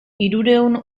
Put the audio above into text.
hirurehun